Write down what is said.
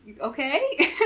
okay